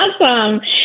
Awesome